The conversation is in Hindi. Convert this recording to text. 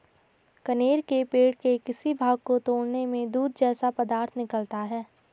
कनेर के पेड़ के किसी भाग को तोड़ने में दूध जैसा पदार्थ निकलता है